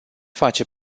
face